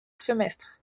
semestre